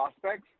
prospects